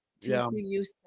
TCU